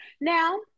Now